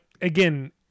again